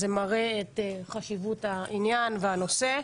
זה מראה את חשיבות העניין והנושא.